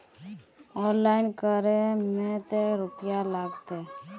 Online करे में ते रुपया लगते?